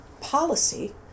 policy